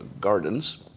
gardens